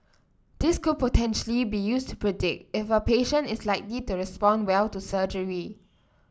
this could potentially be used to predict if a patient is likely to respond well to surgery